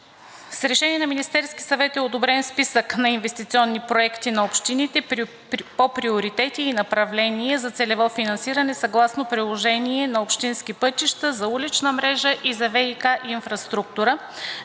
С Решение на Министерския съвет е одобрен списък на инвестиционни проекти на общините по приоритети и направления за целево финансиране съгласно приложението за общински пътища, за улична мрежа и за ВиК инфраструктура.